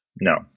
No